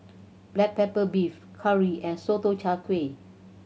black pepper beef curry and Sotong Char Kway